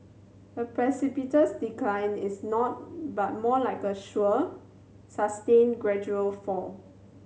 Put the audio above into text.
a precipitous decline is not but more like a sure sustained gradual fall